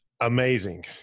Amazing